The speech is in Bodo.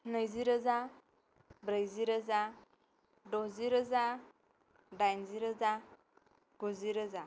नैजि रोजा ब्रैजि रोजा द'जि रोजा दाइनजि रोजा गुजि रोजा